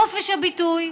חופש הביטוי.